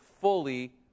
fully